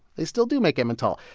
they still do make emmental,